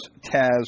Taz